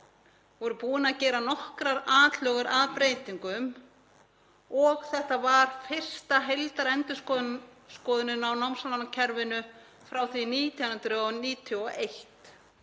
og Alþingi höfðu gert nokkrar atlögur að breytingum og þetta var fyrsta heildarendurskoðunin á námslánakerfinu frá því 1991.